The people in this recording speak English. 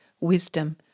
wisdom